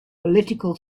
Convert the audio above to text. political